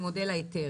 ההיתר.